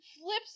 flips